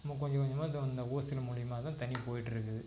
சும்மா கொஞ்சம் கொஞ்சமாக தோ இந்த ஓசுகள் மூலிமா தான் தண்ணி போயிட்டிருக்குது